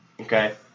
okay